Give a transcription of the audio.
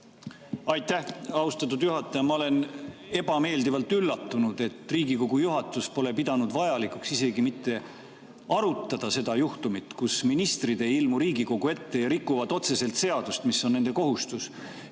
Aitäh, austatud juhataja! Ma olen ebameeldivalt üllatunud, et Riigikogu juhatus pole pidanud vajalikuks isegi mitte arutada seda juhtumit, kus ministrid ei ilmu Riigikogu ette ja rikuvad otseselt seadust, mis on nende kohustus